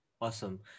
Awesome